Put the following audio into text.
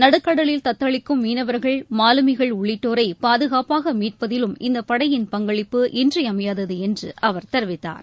நடுக்கடலில் தத்தளிக்கும் மினவர்கள் மாலுமிகள் உள்ளிட்டோரை பாதுனப்பாக மீட்பதிலும் இந்த படையின் பங்களிப்பு இன்றியமையாதது என்று அவர் தெரிவித்தார்